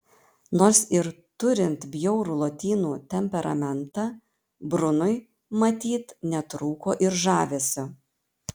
nors ir turint bjaurų lotynų temperamentą brunui matyt netrūko ir žavesio